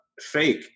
fake